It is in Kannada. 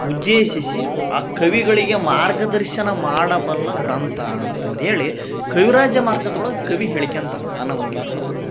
ಉದ್ದೇಶಿಸಿ ಆ ಕವಿಗಳಿಗೆ ಮಾರ್ಗದರ್ಶನ ಮಾಡಬಲ್ಲ ಗ್ರಂಥ ಅಂತಂದೇಳಿ ಕವಿರಾಜಮಾರ್ಗದೊಳಗ ಕವಿ ಹೇಳ್ಕ್ಯಂತನ ತನ್ನ ಬಗ್ಗೆ ಹೇಳ್ಬಕು